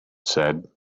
said